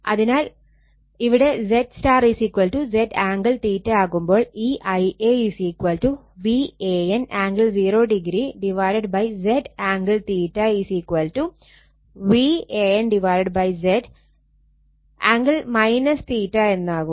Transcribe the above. അതിനാൽ ഇവിടെ ZY Z angle ആകുമ്പോൾ ഈ Ia Van angle 0o Z angle Van Z angle എന്നാകും